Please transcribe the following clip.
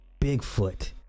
Bigfoot